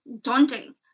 daunting